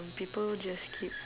people just keep